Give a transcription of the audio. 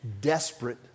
desperate